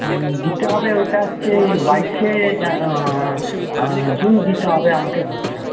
দিতে হবে ওইটা হচ্ছে বাইশে জুন দিতে হবে আমাকে দুধটা